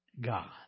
God